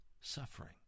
suffering